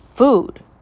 food